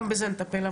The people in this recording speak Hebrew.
גם בזה נטפל.